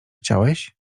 chciałeś